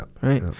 right